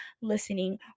listening